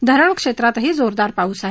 धरणक्षेत्रातही जोरदार पाऊस आहे